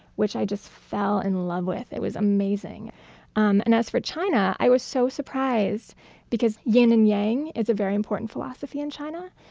which i just fell in love with. it was amazing um and as for china, i was so surprised because yin and yang is a very important philosophy in china,